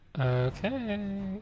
Okay